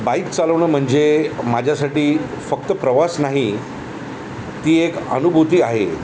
bike चालवणं म्हणजे माझ्यासाठी फक्त प्रवास नाही ती एक अनुभूती आहे